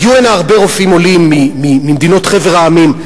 הגיעו הנה הרבה רופאים עולים ממדינות חבר העמים.